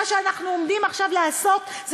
שידעו שמה שאנחנו עומדים לעשות עכשיו,